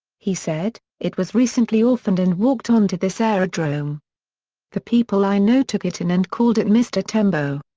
he said it was recently orphaned and walked onto this aerodrome the people i know took it in and called it mr. tembo.